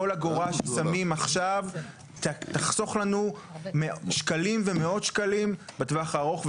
כל אגורה ששמים עכשיו תחסוך לנו שקלים ומאות שקלים בטווח הארוך.